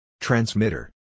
Transmitter